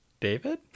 David